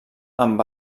amb